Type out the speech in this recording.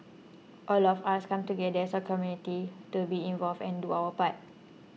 all of us come together as a community to be involved and do our